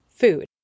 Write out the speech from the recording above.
food